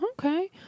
okay